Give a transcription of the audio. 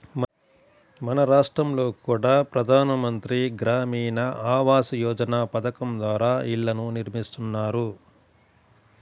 మన రాష్టంలో కూడా ప్రధాన మంత్రి గ్రామీణ ఆవాస్ యోజన పథకం ద్వారా ఇళ్ళను నిర్మిస్తున్నారు